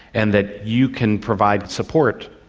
and that you can provide support,